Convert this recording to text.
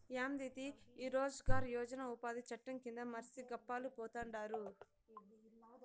యాందిది ఈ రోజ్ గార్ యోజన ఉపాది చట్టం కింద మర్సి గప్పాలు పోతండారు